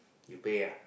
you pay ah